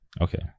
Okay